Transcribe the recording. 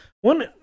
One